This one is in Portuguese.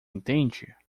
entende